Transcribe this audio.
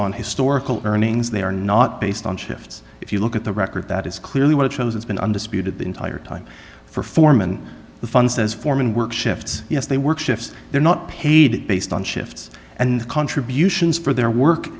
on historical earnings they are not based on shifts if you look at the record that is clearly what it shows it's been undisputed the entire time for foreman the funds as foreman work shifts yes they work shifts they're not paid based on shifts and the contributions for their work